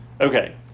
Okay